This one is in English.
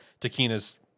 Takina's